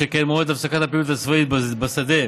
שכן מועד הפסקת הפעילות הצבאית בשדה,